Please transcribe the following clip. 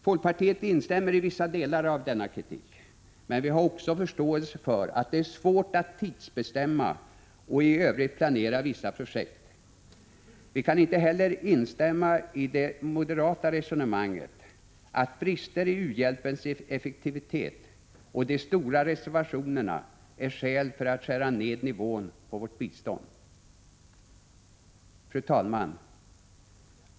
Folkpartiet instämmer i vissa delar av denna kritik, men vi har också förståelse för att det är svårt att tidsbestämma och i övrigt planera vissa projekt. Vi kan inte heller instämma i det moderata resonemanget att brister i u-hjälpens effektivitet och de stora reservationerna är skäl för att skära ned nivån på vårt bistånd. Fru talman!